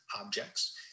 objects